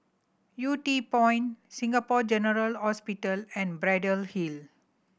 Yew Tee Point Singapore General Hospital and Braddell Hill